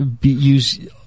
use